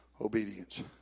obedience